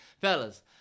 Fellas